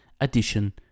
addition